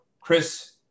Chris